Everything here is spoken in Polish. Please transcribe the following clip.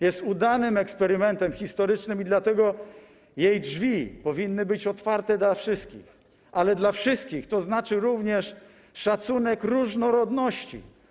Jest udanym eksperymentem historycznym i dlatego jej drzwi powinny być otwarte dla wszystkich, ale dla wszystkich to znaczy również szacunek różnorodności.